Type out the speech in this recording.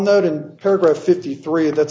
note in paragraph fifty three that's